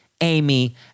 Amy